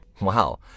Wow